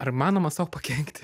ar įmanoma sau pakenkti